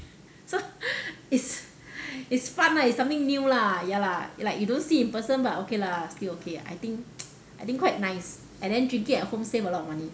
so it's it's fun lah it's something new lah ya lah like you don't see in person but okay lah still okay lah I think I think quite nice and then drinking at home save a lot of money